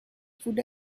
food